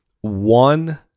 one